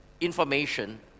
information